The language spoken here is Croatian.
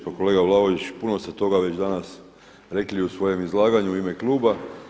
Pa kolega Vlaović, puno ste toga već danas rekli u svojem izlaganju u ime kluba.